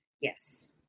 Yes